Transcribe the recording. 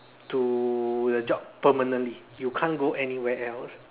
to the job permanently you can't go anywhere else